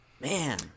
Man